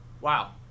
Wow